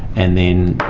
and then,